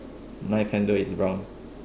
knife handle is brown